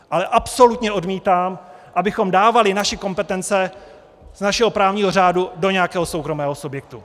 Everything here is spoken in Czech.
Ale absolutně odmítám, abychom dávali naše kompetence z našeho právního řádu do nějakého soukromého subjektu.